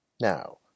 Now